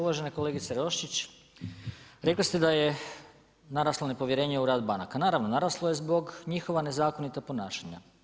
Uvažena kolegice Roščić, rekli ste da je naraslo nepovjerenje u rad banaka, naravno naraslo je zbog njihova nezakonita ponašanja.